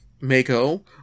Mako